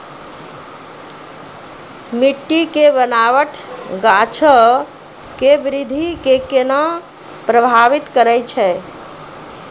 मट्टी के बनावट गाछो के वृद्धि के केना प्रभावित करै छै?